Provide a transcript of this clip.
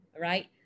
right